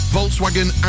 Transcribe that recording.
Volkswagen